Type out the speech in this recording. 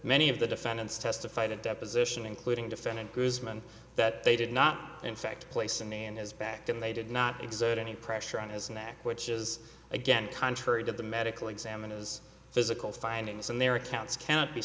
many of the defendants testified at deposition including defendant guzman that they did not in fact place to name his back and they did not exert any pressure on his neck which is again contrary to the medical examiner's physical findings and their accounts cannot be